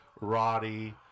Roddy